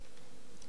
לא יכולה